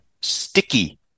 sticky